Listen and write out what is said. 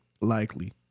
likely